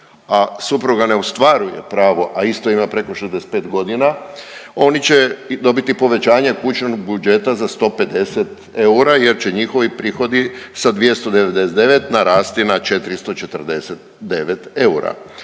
a supruga ne ostvaruje pravo a isto ima preko 65 godina oni će dobiti povećanje kućnog budžeta za 150 eura jer će njihovi prihodi sa 299 narasti na 449 eura.